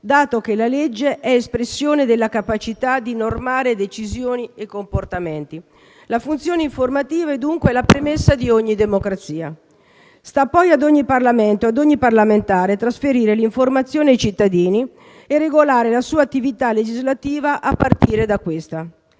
dato che la legge è l'espressione della capacità di normare decisioni e comportamenti; la funzione informativa è dunque la premessa di ogni democrazia. Sta poi ad ogni Parlamento e ad ogni parlamentare trasferire l'informazione ai cittadini e regolare la sua attività legislativa a partire da questa.